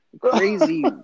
crazy